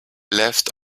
left